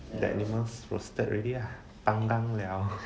that animals roasted already lah pantang liao